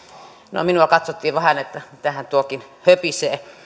no minua katsottiin vähän että mitähän tuokin höpisee